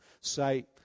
say